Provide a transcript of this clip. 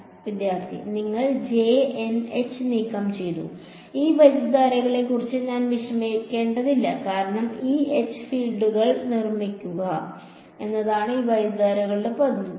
വിദ്യാർത്ഥി നിങ്ങൾ j n h നീക്കം ചെയ്തു ഈ വൈദ്യുതധാരകളെ കുറിച്ച് ഞാൻ വിഷമിക്കേണ്ടതില്ല കാരണം E H ഫീൽഡുകൾ നിർമ്മിക്കുക എന്നതാണ് ഈ വൈദ്യുതധാരകളുടെ പങ്ക്